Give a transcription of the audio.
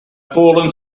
fallen